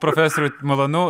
profesoriau malonu